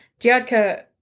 Diadka